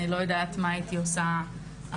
אני לא יודעת מה הייתי עושה אחרת.